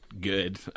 good